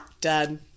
done